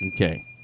Okay